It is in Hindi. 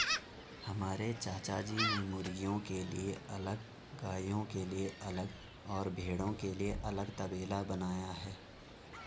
हमारे चाचाजी ने मुर्गियों के लिए अलग गायों के लिए अलग और भेड़ों के लिए अलग तबेला बनाया है